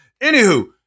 anywho